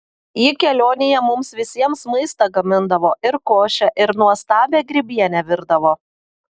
ji kelionėje mums visiems maistą gamindavo ir košę ir nuostabią grybienę virdavo